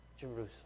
Jerusalem